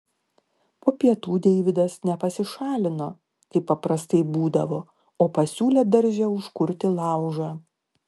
po pietų deividas ne pasišalino kaip paprastai būdavo o pasiūlė darže užkurti laužą